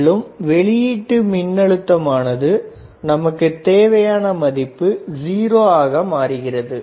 மேலும் வெளியீட்டு மின்னழுத்தம் ஆனது நமக்கு தேவையான மதிப்பு 0 ஆக மாறுகிறது